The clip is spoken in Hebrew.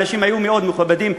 האנשים היו מאוד מכובדים.